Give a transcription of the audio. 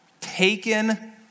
taken